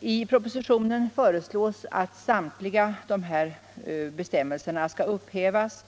I propositionen föreslås att samtliga dessa bestämmelser skall upphävas.